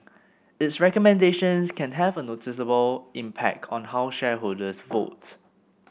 its recommendations can have a noticeable impact on how shareholders vote